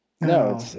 No